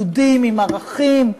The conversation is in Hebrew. יהודים עם ערכים,